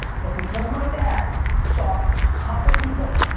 but, because my dad saw a couple people,